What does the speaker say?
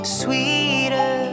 sweeter